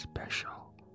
special